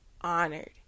honored